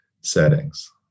settings